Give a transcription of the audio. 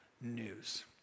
news